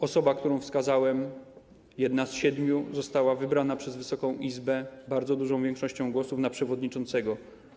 Osoba, którą wskazałem, jedna z siedmiu, została wybrana przez Wysoką Izbę znaczną większością głosów na przewodniczącego.